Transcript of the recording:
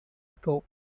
scope